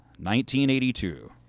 1982